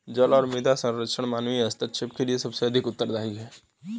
जल और मृदा संरक्षण मानवीय हस्तक्षेप के लिए सबसे अधिक उत्तरदायी हैं